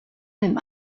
dem